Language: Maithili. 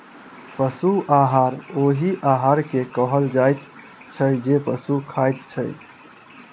पशु आहार ओहि आहार के कहल जाइत छै जे पशु खाइत छै